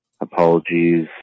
Apologies